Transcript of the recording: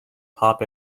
pop